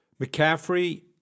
McCaffrey